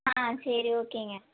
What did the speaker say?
ஆ சரி ஓகேங்க